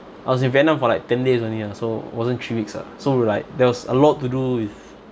I was in vietnam for like ten days only ah so wasn't three weeks ah so like there was a lot to do with